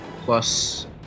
plus